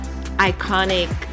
iconic